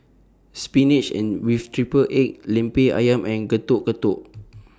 Spinach and with Triple Rgg Lemper Ayam and Getuk Getuk